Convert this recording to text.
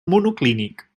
monoclínic